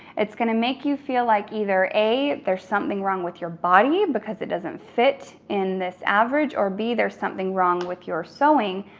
it's gonna make you feel like either a, there's something wrong with your body because it doesn't fit in this average, or b, there's something wrong with your sewing,